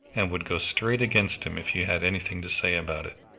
and would go straight against him if you had anything to say about it.